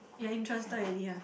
you're interested already ah